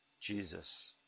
Jesus